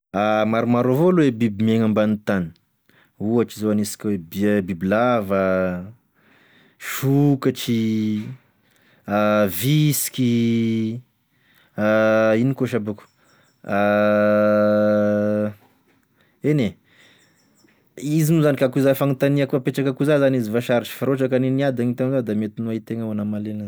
Maromaro evao aloa e biby miagny ambanin'ny tany, ohatry izao anisika hoe bia- bibilava ,sokatry visiky ino koa shabako eny e izy moa zany k'akoiza zany fagnotania akoa apetraky akoa iza zany izy avao sarotry fa raha ohatry ko anigny miadagny izy tamiza da mety nohaitagny avao gn'amalia enazy